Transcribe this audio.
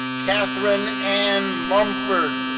catherine ann mumford,